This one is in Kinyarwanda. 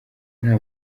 nta